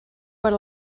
per